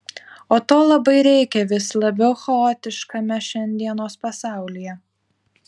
o to labai reikia vis labiau chaotiškame šiandienos pasaulyje